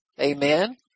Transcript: Amen